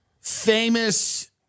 famous